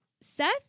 Seth